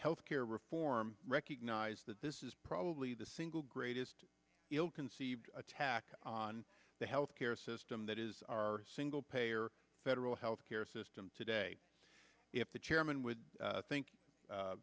health care reform recognize that this is probably the single greatest ill conceived attack on the health care system that is our single payer federal health care system today if the chairman would think